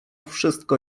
wszystko